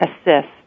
assist